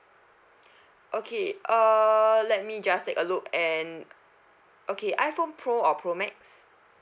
okay err let me just take a look and okay iPhone pro or pro max